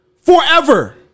forever